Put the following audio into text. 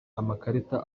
amakarita